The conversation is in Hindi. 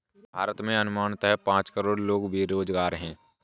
भारत में अनुमानतः पांच करोड़ लोग बेरोज़गार है